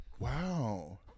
Wow